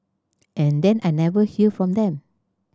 and then I never hear from them